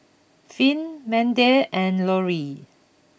Finn Mandie and Lorrie